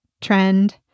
trend